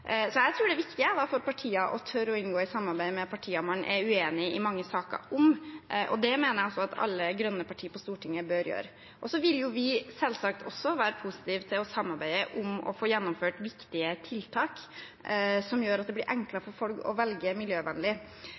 Så jeg tror det er viktig for partier å tørre å inngå samarbeid med partier man er uenig med i mange saker. Det mener jeg også at alle grønne partier på Stortinget bør gjøre. Så vil vi selvsagt også være positive til å samarbeide om å få gjennomført viktige tiltak som gjør at det blir enklere for folk å velge miljøvennlig.